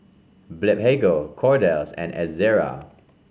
Blephagel Kordel's and Ezerra